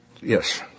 Yes